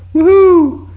woohoo.